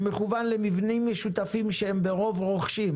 שמכוון למבנים משותפים שהם ברוב רוכשים,